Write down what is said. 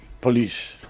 police